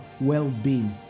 well-being